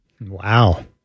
Wow